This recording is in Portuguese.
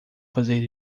fazer